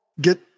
get